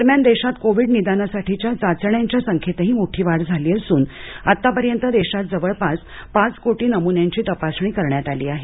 दरम्यान देशात कोविड निदानासाठीच्या चाचण्यांच्या संख्येतही मोठी वाढ झाली असून आतापर्यंत देशात जवळपास पाच कोटी नमुन्यांची तपासणी करण्या आली आहे